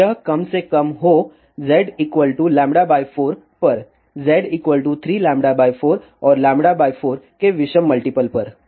और यह कम से कम हो z λ 4 परz 3λ 4 और λ 4 के विषम मल्टीपल पर